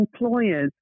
employers